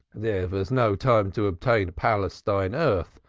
there was no time to obtain palestine earth,